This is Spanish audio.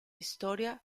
historia